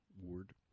Ward